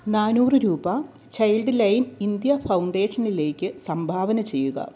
നാന്നൂറ് രൂപ childline India ഫൗണ്ടേഷനിലേക്ക് സംഭാവന ചെയ്യുക